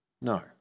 No